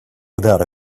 without